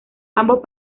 ambos